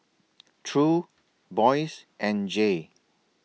True Boyce and Jay